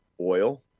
oil